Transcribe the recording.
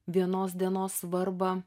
vienos dienos svarbą